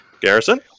Garrison